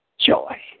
joy